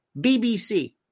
BBC